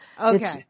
Okay